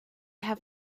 have